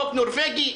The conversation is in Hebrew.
חוק נורווגי?